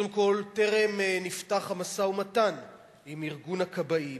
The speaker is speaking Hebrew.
קודם כול, טרם נפתח המשא-ומתן עם ארגון הכבאים